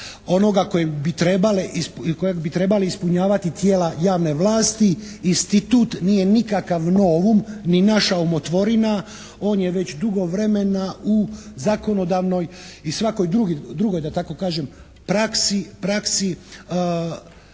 kojeg bi trebali ispunjavati tijela javne vlasti. Institut nije nikakav novum ni naša umotvorina, on je već dugo vremena u zakonodavnoj i svakoj drugoj da tako